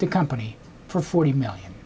the company for forty million